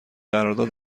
قرارداد